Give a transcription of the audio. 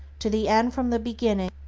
to the end from the beginning,